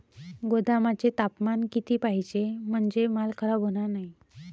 गोदामाचे तापमान किती पाहिजे? म्हणजे माल खराब होणार नाही?